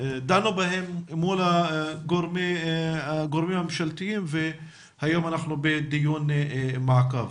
דנו בהם מול הגורמים הממשלתיים והיום אנחנו בדיון מעקב.